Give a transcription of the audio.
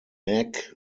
meg